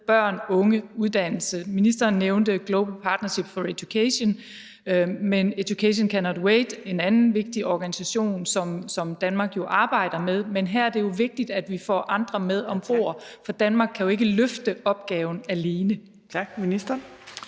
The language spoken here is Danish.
børn, unge og uddannelse? Ministeren nævnte Global Partnership for Education og Education Cannot Wait, som er en anden vigtig organisation, som Danmark jo arbejder med, men her er det jo vigtigt, at vi får andre med om bord, for Danmark kan jo ikke løfte opgaven alene. Kl.